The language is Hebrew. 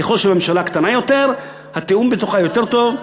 ככל שממשלה קטנה יותר, התיאום בתוכה יותר טוב.